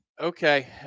Okay